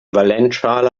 valenzschale